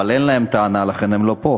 אבל אין להם טענה, לכן הם לא פה.